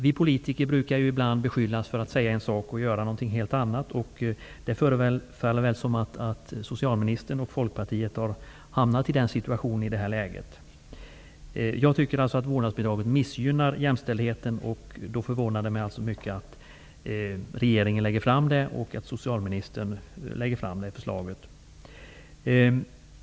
Vi politiker beskylls ju ibland för att säga en sak och göra något helt annat. Socialministern och Folkpartiet förefaller ha hamnat i den situationen i det här läget. Jag tycker alltså att vårdnadsbidraget missgynnar jämställdheten. Därför förvånar det mig mycket att socialministern och regeringen lägger fram ett sådant förslag.